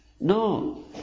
No